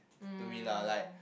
to me lah like